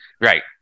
Right